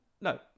No